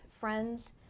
friends